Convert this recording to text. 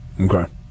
Okay